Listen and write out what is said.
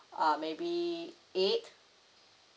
uh maybe eight